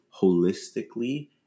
holistically